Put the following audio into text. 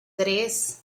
tres